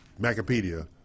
Macapedia